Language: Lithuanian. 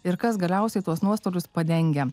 ir kas galiausiai tuos nuostolius padengia